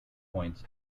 points